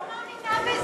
את לא מאמינה בזה.